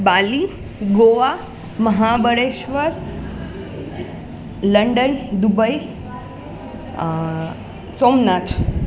Bali Goa Mahabaleshwar London Dubai Somnath